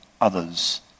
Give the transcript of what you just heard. others